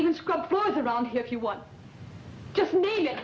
even scrub floors around here if you want just need